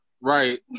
Right